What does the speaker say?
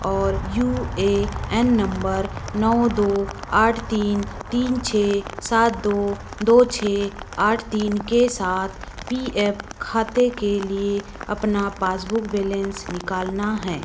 और U A N नंबर नौ दो आठ तीन तीन छ सात दो दो छ आठ तीन के साथ पी एफ़ खाते के लिए अपना पासबुक बैलेंस निकालना है